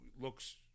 looks